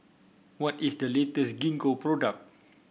what is the latest Gingko product